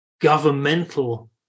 governmental